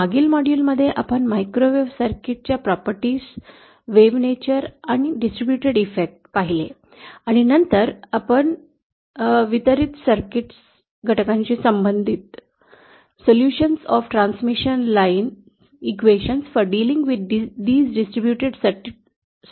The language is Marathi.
मागील मॉड्यूलमध्ये आपण मायक्रोवेव्ह सर्किटचे गुणधर्म वेव्ह निसर्ग आणि वितरण पाहिले आणि नंतर आपल्याला आढळले की ट्रान्समिशन लाईन समीकरणाचे निराकरण वितरित सर्किट घटकांशी संबंधित आहे